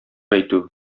әйтү